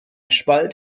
spalt